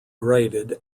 graded